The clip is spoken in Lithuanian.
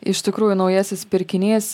iš tikrųjų naujasis pirkinys